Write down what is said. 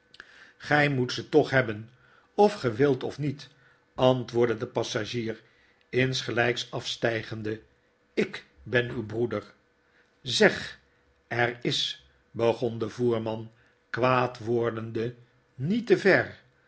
grij moet ze toch hebben of ge wilt of niet antwoordde de passagier insgelyks afstygende ik ben uw broeder zeg er is begon de voerman kwaad wordende niet te ver